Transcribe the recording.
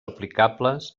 aplicables